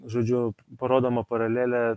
žodžiu parodoma paralelė